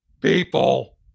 people